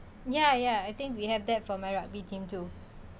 ya ya I think we have that for my rugby team too